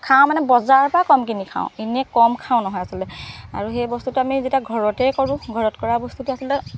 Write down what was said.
খাওঁ মানে বজাৰৰ পা কম কিনি খাওঁ ইনে কম খাওঁ নহয় আচলতে আৰু সেই বস্তুটো আমি যেতিয়া ঘৰতেই কৰোঁ ঘৰত কৰা বস্তুটো আচলতে